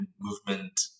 movement